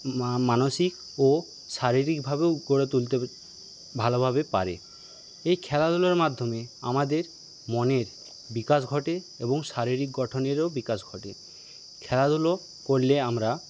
মানসিক ও শারীরিকভাবেও গড়ে তুলতে ভালোভাবে পারে এই খেলাধুলার মাধ্যমে আমাদের মনের বিকাশ ঘটে এবং শারীরিক গঠনেরও বিকাশ ঘটে খেলাধুলা করলে আমরা